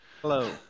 Hello